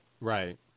Right